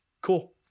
cool